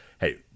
hey